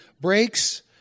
breaks